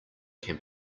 can